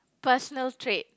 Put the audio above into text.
personal trait